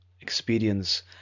experience